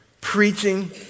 preaching